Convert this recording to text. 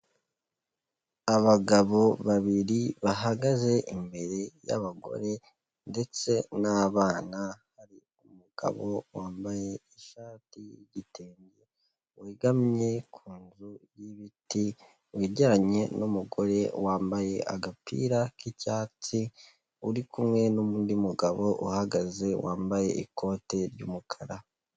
Abagabo babiri bahagaze imbere y'abagore ndetse n'abana, hari umugabo wambaye ishati y'igitenge wegamye ku nzu y'ibiti wegeranye n'umugore wambaye agapira k'icyatsi uri kumwe n'undi mugabo uhagaze wambaye ikote ry'umukara.